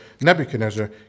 Nebuchadnezzar